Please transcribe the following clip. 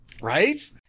Right